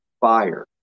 fire